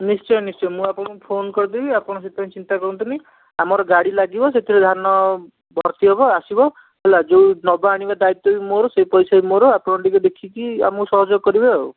ନିଶ୍ଚୟ ନିଶ୍ଚୟ ମୁଁ ଆପଣଙ୍କୁ ଫୋନ୍ କରିଦେବି ଆପଣ ସେଥିପାଇଁ ଚିନ୍ତା କରନ୍ତୁନି ଆମର ଗାଡ଼ି ଲାଗିବ ସେଥିରେ ଧାନ ଭର୍ତ୍ତି ହେବ ଆସିବ ହେଲା ଯେଉଁ ନେବା ଆଣିବା ଦାୟିତ୍ୱ ବି ମୋର ସେ ପଇସା ବି ମୋର ଆପଣ ଟିକିଏ ଦେଖିକି ଆମକୁ ସହଯୋଗ କରିବେ ଆଉ